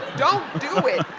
don't do it